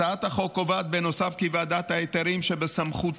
הצעת החוק קובעת בנוסף כי ועדת ההיתרים שבסמכותה